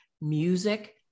music